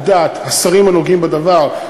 על דעת השרים הנוגעים בדבר,